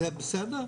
זה בסדר?